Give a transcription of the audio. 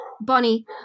bonnie